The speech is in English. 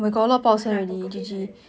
must like poker face like that